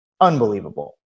unbelievable